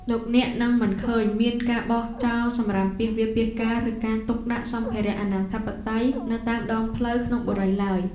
លោកអ្នកនឹងមិនឃើញមានការចោលសំរាមពាសវាលពាសកាលឬការទុកដាក់សម្ភារៈអនាធិបតេយ្យនៅតាមដងផ្លូវក្នុងបុរីឡើយ។